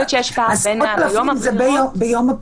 אחרי "ערכאות שיפוטיות)" יבוא "וכן על משרדי ועדת